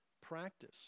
practice